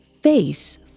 face